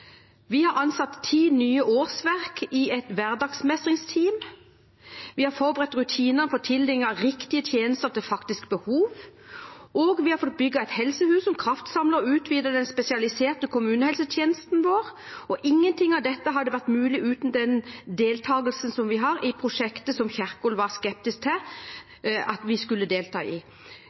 Vi har ansatt ti nye årsverk i et hverdagsmestringsteam. Vi har forbedret rutinene for tildeling av riktige tjenester til faktiske behov. Og vi fått bygget et helsehus som kraftsamler og utvider den spesialiserte kommunehelsetjenesten vår. Ingenting av dette hadde vært mulig uten den deltakelsen vi har i det prosjektet som Kjerkol var skeptisk til at vi skulle delta i.